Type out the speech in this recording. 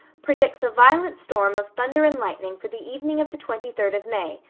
predicts a violent storm of thunder and lightning for the evening of the twenty-third of may,